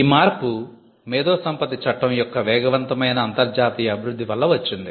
ఈ మార్పు మేధో సంపత్తి చట్టం యొక్క వేగవంతమైన అంతర్జాతీయ అభివృద్ధి వల్ల వచ్చింది